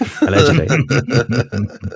Allegedly